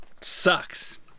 sucks